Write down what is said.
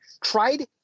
tried